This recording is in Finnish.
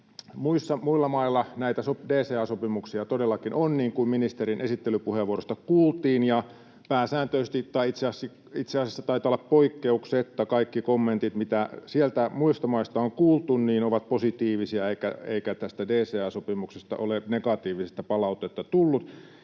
Muilla mailla näitä DCA-sopimuksia todellakin on, niin kuin ministerin esittelypuheenvuorosta kuultiin. Pääsääntöisesti, tai itse asiassa poikkeuksetta, taitavat kaikki kommentit, mitkä sieltä muista maista on kuultu, olla positiivisia, eikä tästä DCA-sopimuksesta ole negatiivista palautetta tullut.